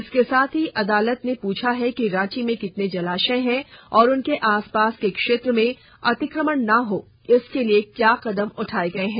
इसके साथ ही अदालत ने पूछा है कि रांची में कितने जलाशय हैं और उनके आसपास के क्षेत्र में अतिक्रमण न हो इसके लिए क्या कदम उठाए गए हैं